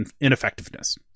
ineffectiveness